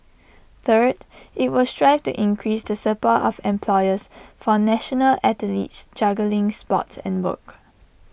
third IT will strive to increase the support of employers for national athletes juggling sports and work